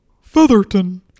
Featherton